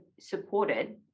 supported